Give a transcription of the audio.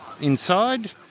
inside